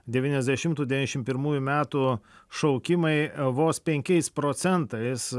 devyniasdešimtų devyniasdešimt pirmųjų metų šaukimai vos penkiais procentais